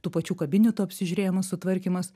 tų pačių kabinetų apsižiūrėjimas sutvarkymas